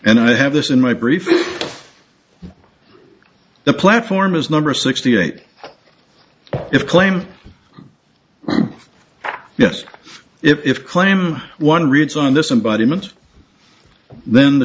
and i have this in my brief the platform is number sixty eight if claim yes if claim one reads on this embodiment then the